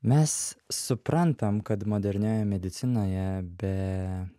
mes suprantam kad modernioje medicinoje be